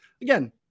Again